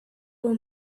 will